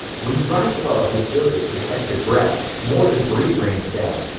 when you rise above the surface to catch your breath, more debris rains down.